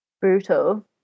brutal